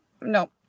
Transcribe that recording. no